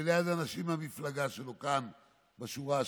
וליד אנשים מהמפלגה שלו, כאן, בשורה השלישית,